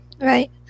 Right